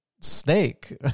Snake